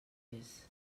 res